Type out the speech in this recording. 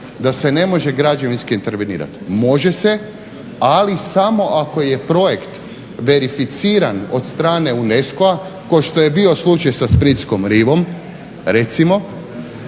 da se ne može građevinski intervenirati, može se ali samo ako je projekt verificiran od strane UNESCO-a kao što je bio slučaj sa Splitskom rivom, recimo.